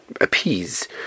appease